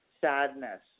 sadness